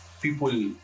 people